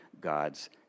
God's